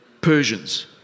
Persians